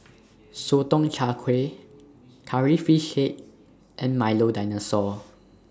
Sotong Char Kway Curry Fish Head and Milo Dinosaur